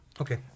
Okay